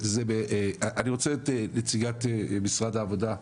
אני רוצה את נציגת משרד העבודה,